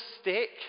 stick